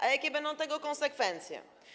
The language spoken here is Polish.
A jakie będą tego konsekwencje?